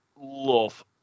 love